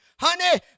honey